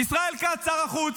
אוה, ישראל כץ, שר החוץ.